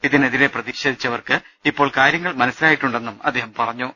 ഇതിനെതിരെ പ്രതിഷേധിച്ച വർക്ക് ഇപ്പോൾ കാര്യങ്ങൾ മനസ്സിലായിട്ടുണ്ടെന്നും അദ്ദേഹം പറഞ്ഞു